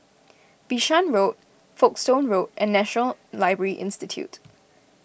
Bishan Road Folkestone Road and National Library Institute